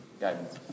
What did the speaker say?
guidance